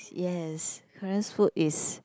yes Koreans food is